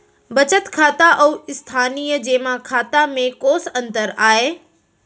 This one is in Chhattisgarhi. बचत खाता अऊ स्थानीय जेमा खाता में कोस अंतर आय?